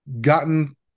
gotten